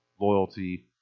loyalty